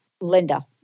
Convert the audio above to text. Linda